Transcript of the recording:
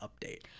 update